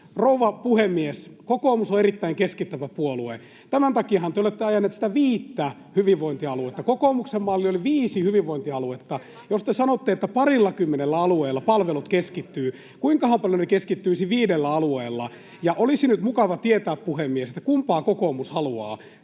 Rouva puhemies! Kokoomus on erittäin keskittävä puolue. Tämän takiahan te olette ajaneet sitä viittä hyvinvointialuetta. Kokoomuksen malli oli viisi hyvinvointialuetta. Jos te sanotte, että parillakymmenellä alueella palvelut keskittyy, niin kuinkahan paljon ne keskittyisivät viidellä alueella. Olisi nyt mukava tietää, puhemies, että kumpaa kokoomus haluaa: